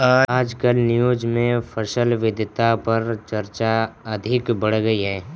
आजकल न्यूज़ में फसल विविधता पर चर्चा अधिक बढ़ गयी है